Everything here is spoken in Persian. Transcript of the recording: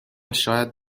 شاید